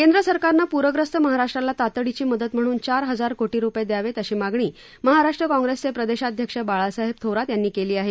केंद्र सरकारनं पूरग्रस्त महाराष्ट्राला तातडीची मदत म्हणून चार हजार कोटी रूपये द्यावेत अशी मागणी महाराष्ट्र काँप्रेसचे प्रदेशाध्यक्ष बाळासाहेब थोरात यांनी केली आहे